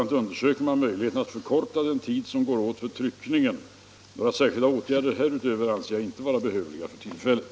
a. undersöker man möjligheten att förkorta den tid som går åt för tryckningen. Några särskilda åtgärder härutöver anser jag inte vara behövliga för tillfället.